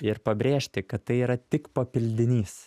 ir pabrėžti kad tai yra tik papildinys